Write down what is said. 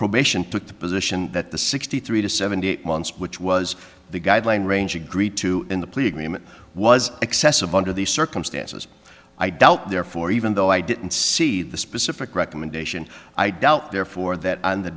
probation took the position that the sixty three to seventy eight months which was the guideline range agreed to in the plea agreement was excessive under the circumstances i doubt therefore even though i didn't see the specific recommendation i doubt therefore that on the